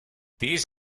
these